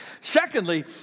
Secondly